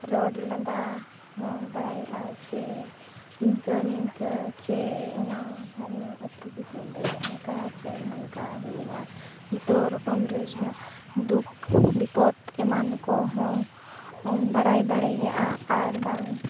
ᱨᱚᱲ ᱞᱟᱸᱫᱟ ᱦᱚᱸ ᱵᱟᱲᱟᱭᱚᱜᱼᱟ ᱡᱮ ᱤᱱᱠᱟᱹ ᱱᱤᱱᱠᱟᱹ ᱪᱮ ᱚᱱᱟ ᱦᱟᱱᱟ ᱟᱹᱛᱩ ᱫᱤᱥᱚᱢ ᱨᱮ ᱦᱟᱱᱠᱟ ᱪᱮ ᱱᱚᱝᱠᱟ ᱦᱩᱭᱮᱱᱟ ᱡᱚᱛᱚ ᱨᱚᱠᱚᱢ ᱨᱮᱱᱟᱜ ᱫᱩᱠ ᱵᱤᱯᱚᱫ ᱮᱢᱟᱱ ᱠᱚᱦᱚᱸ ᱵᱟᱲᱟᱭ ᱫᱟᱲᱮᱭᱟᱜᱼᱟ ᱟᱨᱵᱟᱝ